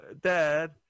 Dad